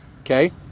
okay